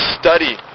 study